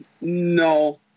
No